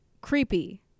creepy